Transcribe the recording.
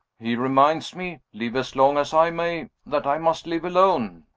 he reminds me live as long as i may that i must live alone.